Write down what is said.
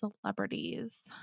celebrities